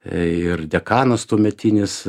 ir dekanas tuometinis